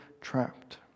trapped